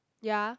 ya